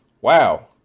wow